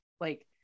Like-